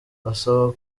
basaba